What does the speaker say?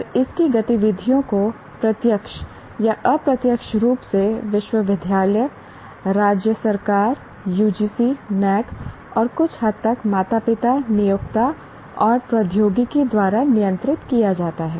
और इस की गतिविधियों को प्रत्यक्ष या अप्रत्यक्ष रूप से विश्वविद्यालय राज्य सरकार UGC NAAC और कुछ हद तक माता पिता नियोक्ता और प्रौद्योगिकी द्वारा नियंत्रित किया जाता है